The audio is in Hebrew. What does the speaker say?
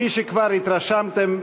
כפי שכבר התרשמתם,